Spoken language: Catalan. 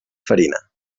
farina